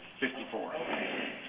54